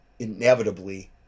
inevitably